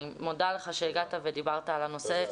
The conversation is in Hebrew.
אני מודה לך שהגעת ודיברת על הנושא.